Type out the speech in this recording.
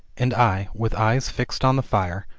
and i, with eyes fixed on the fire,